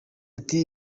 ati